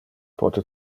pote